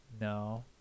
no